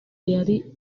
yari